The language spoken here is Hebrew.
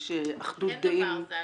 יש אחדות דעים.